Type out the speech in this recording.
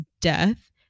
death